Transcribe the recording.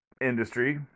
industry